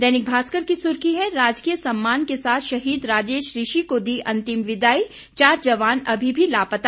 दैनिक भास्कर की सुर्खी है राजकीय सम्मान के साथ शहीद राजेश ऋषि को दी अंतिम विदाई चार जवान अभी भी लापता